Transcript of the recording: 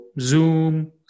Zoom